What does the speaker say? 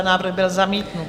Návrh byl zamítnut.